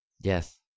Yes